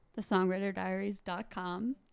thesongwriterdiaries.com